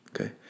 Okay